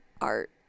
art